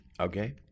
Okay